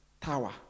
tower